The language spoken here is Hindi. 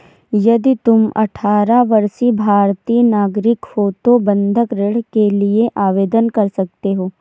यदि तुम अठारह वर्षीय भारतीय नागरिक हो तो बंधक ऋण के लिए आवेदन कर सकते हो